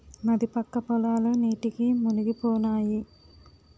నది పక్క పొలాలు నీటికి మునిగిపోనాయి